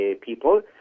people